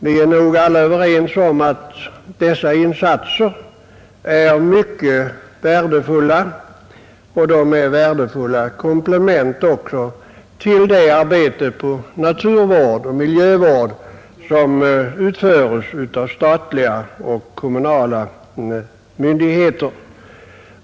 Vi är väl alla överens om att de insatserna är värdefulla som komplement till det arbete på naturvård och miljövård som utförs av statliga och kommunala myndigheter.